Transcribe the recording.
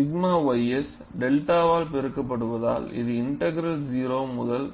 எனவே 𝛔 ys 𝚫வால் பெருக்கப்படுவதால் அது இன்டகர்ல் 0 முதல்